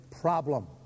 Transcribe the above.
problem